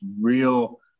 real